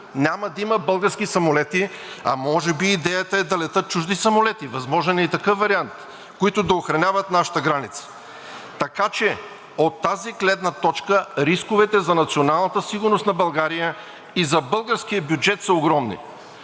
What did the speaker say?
Няма да има български самолети, а може би идеята е да летят чужди самолети – възможен е и такъв вариант, които да охраняват нашата граница! Така че от тази гледна точка рисковете за националната сигурност на България и за българския бюджет са огромни!